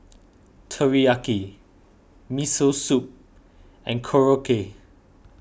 Teriyaki Miso Soup and Korokke